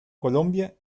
colombia